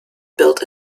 built